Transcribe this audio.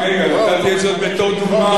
רק רגע, נתתי את זאת בתור דוגמה.